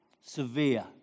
Severe